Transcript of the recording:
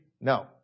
No